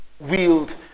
wield